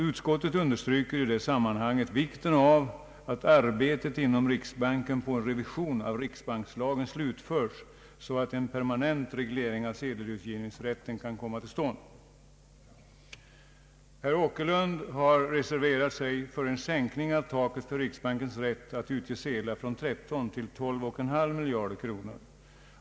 Utskottet understryker i det sammanhanget vikten av att arbetet inom riksbanken på en revision av riksbankslagen slutförs så att en permanent reglering av sedelutgivningsrätten kan komma till stånd. Herr Åkerlund har reserverat sig för en sänkning av taket för riksbankens rätt att utge sedlar från 13 till 12,5 miljarder kronor.